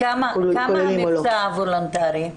כמה במבצע הוולונטרי?